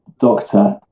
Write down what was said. doctor